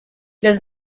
los